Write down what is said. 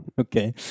Okay